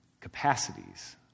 capacities